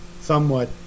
somewhat